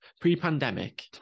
pre-pandemic